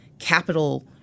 Capital